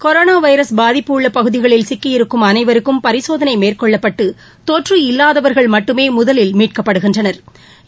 corona virus பாதிப்பு உள்ள பகுதிகளில் சிக்கியிருக்கும் அனைவருக்கும் பரிசோதனை மேற்கொள்ளப்பட்டு தொற்று இல்லாதவா்கள் மட்டுமே முதலில் மீட்கப்படுகின்றனா்